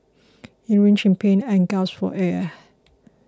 he writhed in pain and gasped for air